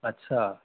اچھا